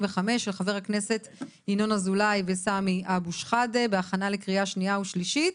של חבר הכנסת ינון אזולאי וסמי אבו שחאדה - בהכנה לקריאה שנייה ושלישית.